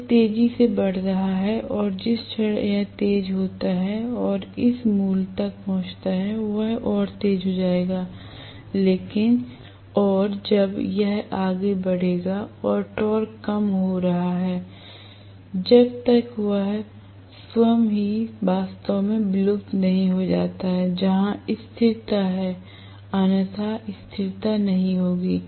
यह तेजी से बढ़ रहा है और जिस क्षण यह तेज होता है और इस मूल्य तक पहुंचता है यह और तेज हो जाएगा और जब यह आगे बढ़ेगा और टॉर्क कम हो रहा है जब तक यह स्वयं ही वास्तव में लुप्त नहीं हो जाता जहां स्थिरता है अन्यथा स्थिरता नहीं होगी